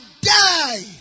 die